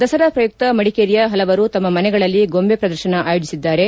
ದಸರಾ ಪ್ರಯುಕ್ತ ಮಡಿಕೇರಿಯ ಹಲವರು ತಮ್ಮ ಮನೆಗಳಲ್ಲಿ ಗೊಂಬೆ ಪ್ರದರ್ಶನ ಆಯೋಜಿಸಿದ್ದಾರೆ